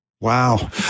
Wow